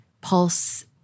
Pulse